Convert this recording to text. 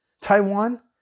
Taiwan